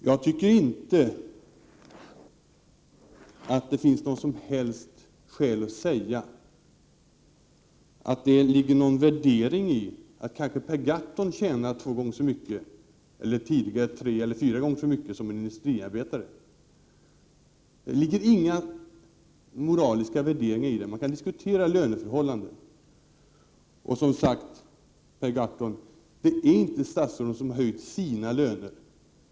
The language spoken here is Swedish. Jag anser inte att det finns något skäl att säga att det ligger någon värdering i att Per Gahrton kanske tjänar två gånger så mycket, eller tidigare tre eller fyra gånger så mycket, som en industriarbetare. Det ligger inga moraliska värderingar i detta, men man kan naturligtvis diskutera löneförhållanden. Som sagt, Per Gahrton, det är inte statsråden som har höjt sina löner.